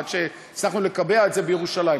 עד שהצלחנו לקבע את זה בירושלים.